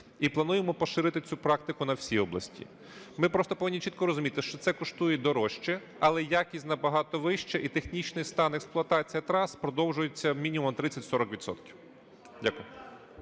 і плануємо поширити цю практику на всі області. Ми просто повинні чітко розуміти, що це коштує дорожче, але якість набагато вища, і технічний стан, експлуатація трас продовжується мінімум на 30-40